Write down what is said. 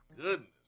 goodness